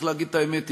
צריך להגיד את האמת,